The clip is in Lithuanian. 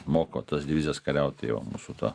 moko tas divizijas kariauti jau mūsų ta